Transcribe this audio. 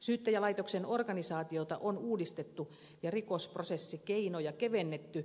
syyttäjälaitoksen organisaatiota on uudistettu ja rikosprosessikeinoja kevennetty